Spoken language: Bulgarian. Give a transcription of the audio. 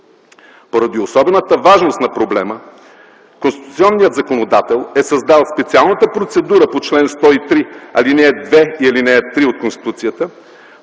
Поради особената важност на проблема конституционният законодател е създал специалната процедура по чл. 103, ал. 2 и ал. 3 от Конституцията,